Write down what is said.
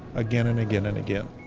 again, and again and again.